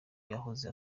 yahoze